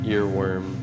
Earworm